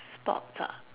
sports ah